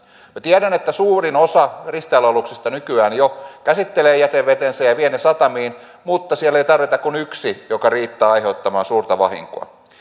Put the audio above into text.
tiedän että suurin osa risteilyaluksista nykyään jo käsittelee jätevetensä ja ja vie ne satamiin mutta siellä ei tarvita kuin yksi joka riittää aiheuttamaan suurta vahinkoa